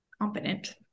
competent